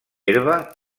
herba